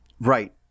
Right